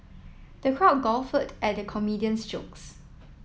the crowd guffawed at the comedian's jokes